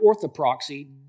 orthoproxy